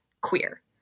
queer